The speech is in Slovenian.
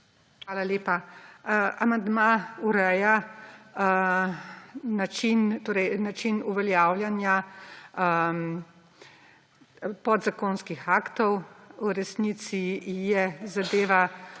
Hvala lepa. Amandma ureja način uveljavljanja podzakonskih aktov. V resnici je zadeva